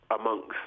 amongst